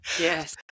Yes